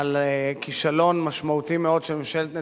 על כישלון משמעותי מאוד של ממשלת נתניהו,